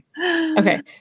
Okay